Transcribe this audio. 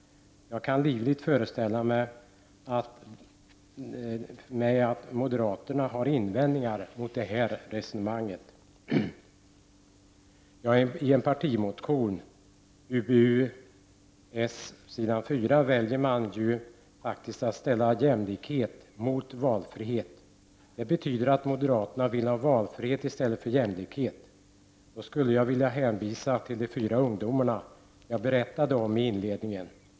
Jag kan livligt föreställa mig de moderata invändningarna mot detta resonemang. I partimotionen Ub801 på s. 4 väljer man ju faktiskt att ställa jämlikhet mot valfrihet. Det betyder att moderaterna vill ha valfrihet i stället för jämlikhet. Då skulle jag vilja hänvisa till de fyra ungdomar som jag berättade om i inledningen.